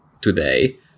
today